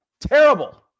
Terrible